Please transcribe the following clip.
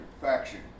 faction